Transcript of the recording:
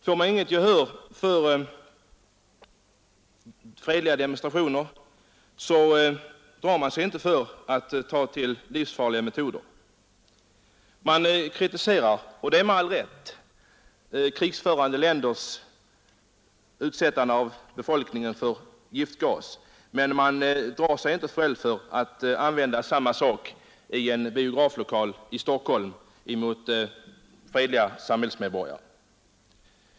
Får man inget gehör för fredliga demonstrationer, drar man sig inte för att ta till livsfarliga metoder. Man kritiserar — och det med all rätt — att krigförande stater utsätter befolkningen i andra länder för giftgas, men man drar sig inte själv för att använda sådana medel i en biograflokal i Stockholm mot fredliga samhällsmed borgare.